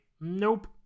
nope